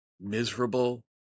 miserable